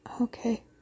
Okay